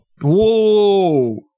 Whoa